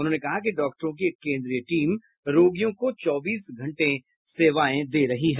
उन्होंने कहा कि डॉक्टरों की एक केन्द्रीय टीम रोगियों को चौबीसों घंटे सेवायें दे रही हैं